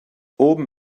oben